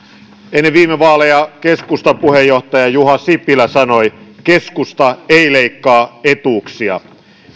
ennen viime vaaleja keskustan puheenjohtaja juha sipilä sanoi keskusta ei leikkaa etuuksia